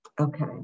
Okay